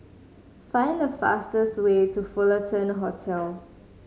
find the fastest way to Fullerton Road